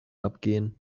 abgehen